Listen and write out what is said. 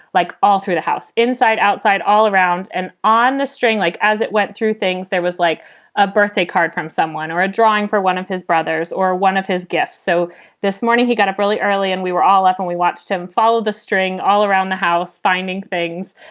like all through the house. inside, outside. all around and on the string, like as it went through things, there was like a birthday card from someone or a drawing for one of his brothers or one of his gifts. so this morning, he got up really early and we were all up and we watched him follow the string all around the house finding things.